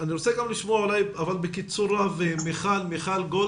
אני רוצה גם לשמוע, אבל בקיצור רב, את מיכל גולד.